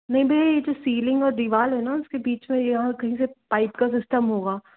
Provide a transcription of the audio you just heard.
नहीं भैया ये जो सीलिंग और दीवार हैना इसके बीच में यहाँ कहीं से पाइप का सिस्टम होगा